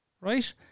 right